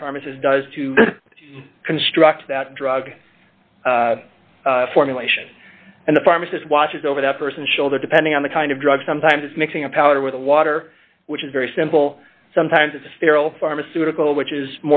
non pharmacist does to construct that drug formulation and the pharmacist watches over the person's shoulder depending on the kind of drug sometimes it's mixing a powder with water which is very simple sometimes it's a sterile pharmaceutical which is